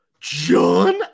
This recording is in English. John